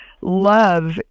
Love